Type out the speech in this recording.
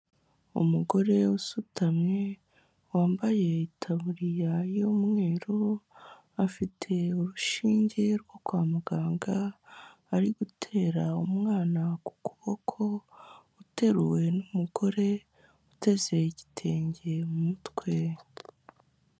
Umugore usutamye ,wambaye itaburiya y'umweru, afite urushinge rwo kwa muganga, ari gutera umwana ku kuboko, uteruwe n'umugore uteze igitenge mu mutwe.